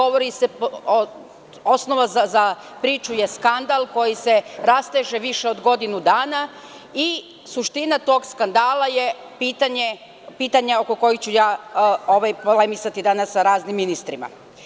Osnova za priču je skandal koji se rasteže više od godinu dana i suština tog skandala je pitanje oko kojeg ću polemisati sa raznim ministrima.